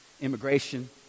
immigration